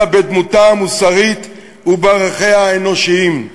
אלא בדמותה המוסרית ובערכיה האנושיים".